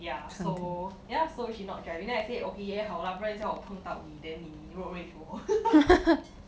ya so ya so she not driving then I say okay 也好啦不然等一下我碰到你 then 你 road rage 我